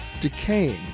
decaying